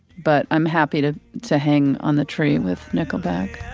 but i'm happy to to hang on the tree with nickelback